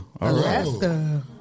Alaska